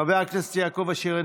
חבר הכנסת יעקב אשר,